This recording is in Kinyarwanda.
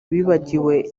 bibagiwe